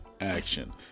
action